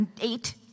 eight